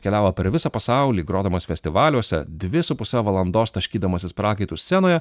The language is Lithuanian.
keliavo per visą pasaulį grodamas festivaliuose dvi su puse valandos taškydamasis prakaitu scenoje